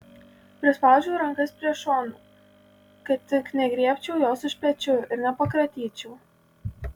prispaudžiu rankas prie šonų kad tik negriebčiau jos už pečių ir nepakratyčiau